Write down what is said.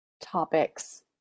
topics